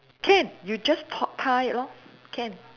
can you just to~ tie it lor can